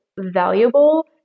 valuable